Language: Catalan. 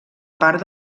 part